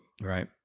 Right